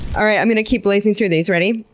all right. i'm going to keep blazing through these. ready?